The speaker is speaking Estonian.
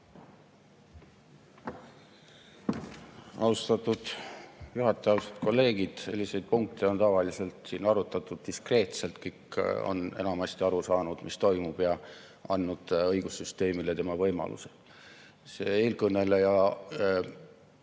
Austatud kolleegid! Selliseid punkte on tavaliselt siin arutatud diskreetselt, kõik on enamasti aru saanud, mis toimub, ja andnud õigussüsteemile tema võimaluse. See eelkõneleja